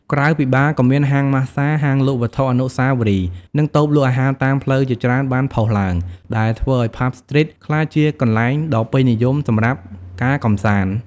ក្រៅពីបារ ក៏មានហាងម៉ាស្សា ហាងលក់វត្ថុអនុស្សាវរីយ៍ និងតូបលក់អាហារតាមផ្លូវជាច្រើនបានផុសឡើង ដែលធ្វើឲ្យ ផាប់ ស្ទ្រីត ក្លាយជាទីកន្លែងដ៏ពេញលេញសម្រាប់ការកម្សាន្ត។